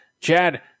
chad